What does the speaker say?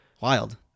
wild